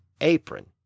apron